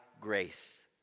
grace